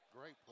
Great